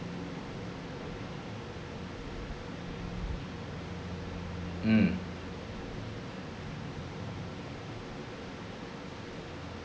mm